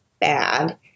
bad